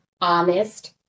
honest